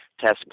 test